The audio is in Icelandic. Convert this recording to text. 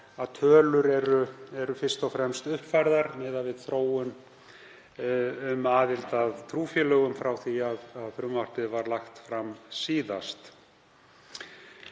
sem tölur eru fyrst og fremst uppfærðar miðað við þróun um aðild að trúfélögum frá því að frumvarpið var lagt fram síðast.